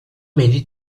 minute